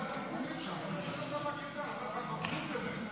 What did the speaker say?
1 נתקבל.